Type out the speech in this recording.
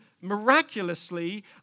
miraculously